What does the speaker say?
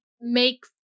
make